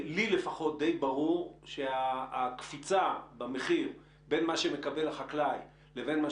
לי לפחות די ברור שהקפיצה במחיר בין מה שמקבל החקלאי לבין מה